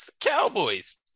Cowboys